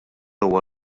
huwa